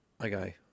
okay